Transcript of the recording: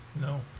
No